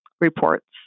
reports